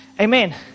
Amen